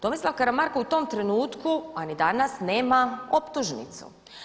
Tomislav Karamarko u tom trenutku, a ni danas nema optužnicu.